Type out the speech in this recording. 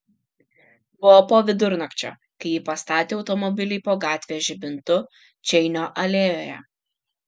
buvo po vidurnakčio kai ji pastatė automobilį po gatvės žibintu čeinio alėjoje